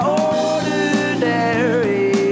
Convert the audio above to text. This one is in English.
ordinary